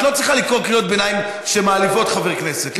את לא צריכה לקרוא קריאות ביניים שמעליבות חבר כנסת,